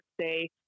say